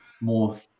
more